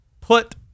put